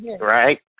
right